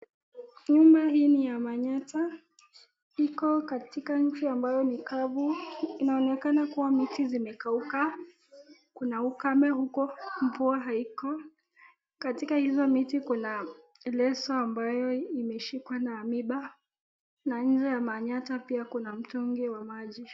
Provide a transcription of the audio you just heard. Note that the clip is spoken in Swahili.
Nyumba hii ni ya manyatta. Iko katika nchi ambayo ni kavu. Inaonekana kuwa miti zimekauka. Kuna ukame uko. Mvua haiko. Katika hizo miti kuna leso ambayo imeshikwa na miiba na nje ya manyatta pia kuna mtungi wa maji.